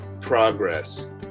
progress